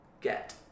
get